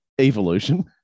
Evolution